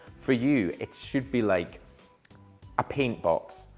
for you, it should be like a paint box,